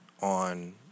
on